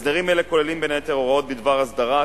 הסדרים אלה כוללים בין היתר הוראות בדבר הסדרת